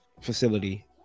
facility